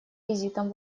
визитом